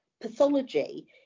pathology